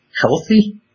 Healthy